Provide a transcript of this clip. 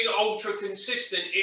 ultra-consistent